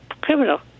criminal